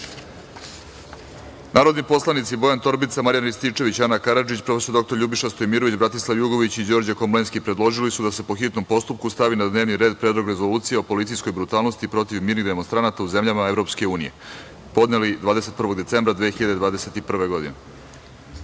reda. Narodni poslanici Bojan Torbica, Marjan Rističević, Ana Karadžić, prof. dr Ljubiša Stojmirović, Bratislav Jugović i Đorđe Komlenski predložili su da se, po hitnom postupku, stavi na dnevni red Predlog rezolucije o policijskoj brutalnosti mirnih demonstranata u zemljama EU, koji su podneli 21. decembra 2021.